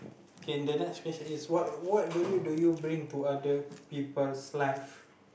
K the last question is what what value do you bring to other people's life